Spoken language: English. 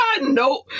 Nope